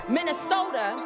Minnesota